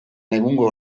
egungo